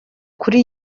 kuri